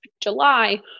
July